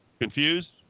Confused